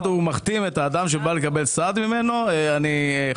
הוא מחתים את האדם שבא לקבל סעד ממנו לפיו הוא חותם